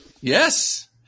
Yes